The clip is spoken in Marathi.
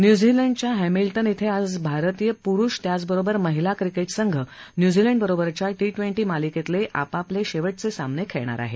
न्यूझीलंडच्या हॅमिल्टन थे आज भारतीय पुरुष त्याचबरोबर महिला क्रिकेट संघ न्यूझीलंडबरोबरच्या टी ट्वेंटी मालिकेतले आपले शेवटचे सामने खेळणार आहे